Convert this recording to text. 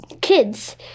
kids